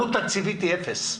עלות תקציבית היא אפס,